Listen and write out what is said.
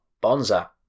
Bonza